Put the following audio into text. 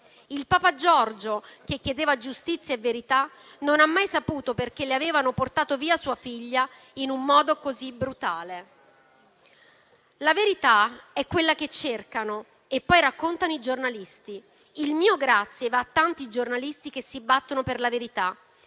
Il papà Giorgio, che chiedeva giustizia e verità, non ha mai saputo perché gli avevano portato via sua figlia in un modo così brutale. La verità è quella che cercano e poi raccontano i giornalisti. Il mio grazie va a tanti giornalisti che si battono per la verità.